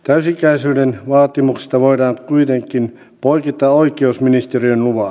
täysi ikäisyyden vaatimuksesta voidaan kuitenkin poiketa oikeusministeriön luvalla